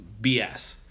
BS